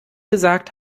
gesagt